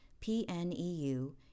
PNEU